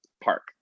park